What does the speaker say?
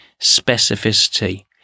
specificity